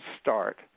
start